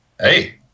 hey